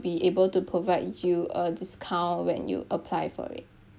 be able to provide you a discount when you apply for it